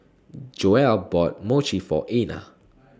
Joelle bought Mochi For Einar